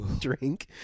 drink